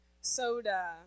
soda